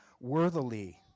Worthily